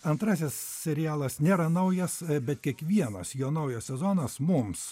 antrasis serialas nėra naujas bet kiekvienas jo naujas sezonas mums